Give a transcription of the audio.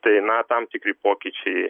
tai na tam tikri pokyčiai